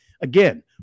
again